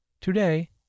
Today